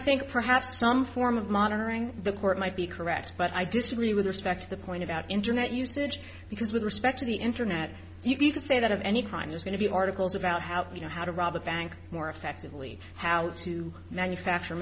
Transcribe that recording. think perhaps some form of monitoring the court might be correct but i disagree with respect to the point about internet usage because with respect to the internet you can say that of any kind is going to be articles about how to you know how to rob a bank more effectively how to manufacture